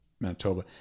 Manitoba